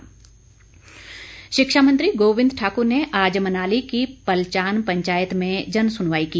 गोविंद ठाक्र शिक्षा मंत्री गोविंद ठाकुर ने आज मनाली की पलचान पंचायत में जन सुनवाई की